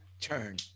turn